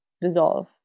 dissolve